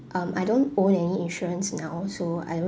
um I don't own any insurance now so I don't